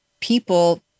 people